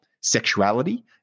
sexuality